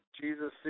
Jesus